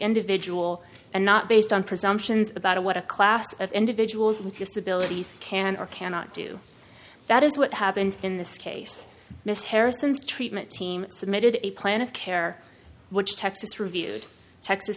individual and not based on presumptions about what a class of individuals with disabilities can or cannot do that is what happened in this case mr harrison's treatment team submitted a plan of care which texas reviewed texas